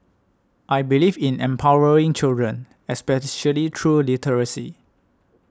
I believe in empowering children especially through literacy